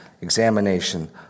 examination